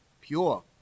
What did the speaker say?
pure